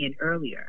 earlier